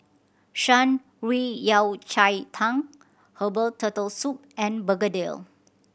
Shan Rui Yao Cai Tang herbal Turtle Soup and begedil